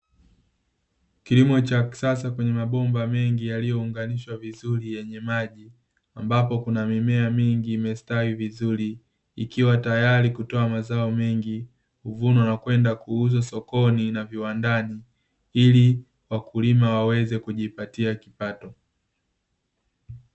Kilimo cha kisasa kwenye mabomba mengi yaliyounganishwa vizuri yenye maji, ambapo kuna mimea mingi imestawi vizuri, ikiwa tayari kutoa mazao mengi, kuvunwa na kwenda kuuzwa sokoni na viwandani, ili wakulima waweze kujipatia kipato.